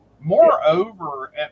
Moreover